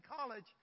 college